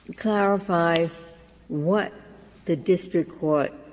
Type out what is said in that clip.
clarify what the district court,